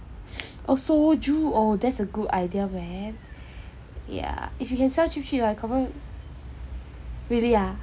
oh soju oh that's a good idea man yeah if you can sell cheap cheap really ah